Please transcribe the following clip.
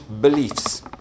beliefs